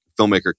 filmmaker